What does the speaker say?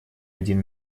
один